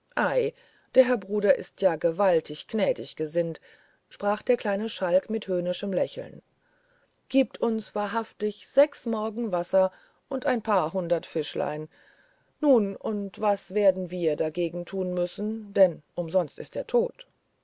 der herr bruder ist ja gewaltig gnädig gesinnt sprach der kleine schalk mit höhnischem lächeln gibt uns wahrhaftig sechs morgen wasser und ein paar hundert fischlein nu und was werden wir dagegen geben müssen denn umsonst ist der tod